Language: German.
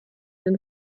den